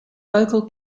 local